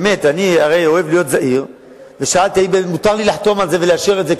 אם מותר לי לחתום על זה ולאשר את זה,